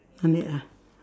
no need ah